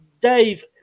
Dave